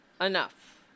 Enough